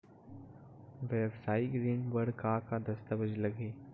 वेवसायिक ऋण बर का का दस्तावेज लगही?